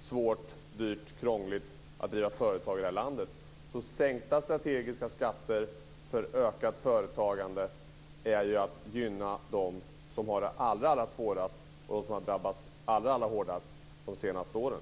svårt, dyrt och krångligt att driva företag här i landet. Sänkta strategiska skatter för ökat företagande är att gynna de som har det allra svårast, som har drabbats allra hårdast de senaste åren.